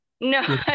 No